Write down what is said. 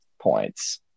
points